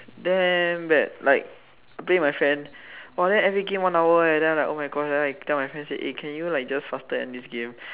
damn bad like I play with my friend !wah! then every game one hour eh then I was like oh my god then I tell my friend eh can you like just faster end this game